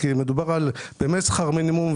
כי מדובר על שכר מינימום,